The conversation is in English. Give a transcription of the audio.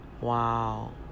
Wow